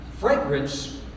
Fragrance